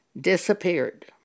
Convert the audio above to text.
disappeared